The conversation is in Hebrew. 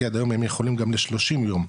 כי עד היום הם יכולים גם לשלושים יום,